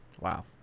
Wow